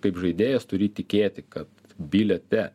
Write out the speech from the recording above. kaip žaidėjas turi tikėti kad biliete